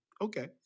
Okay